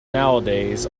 nowadays